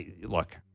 Look